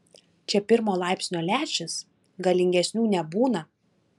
čia pirmo laipsnio lęšis galingesnių nebūna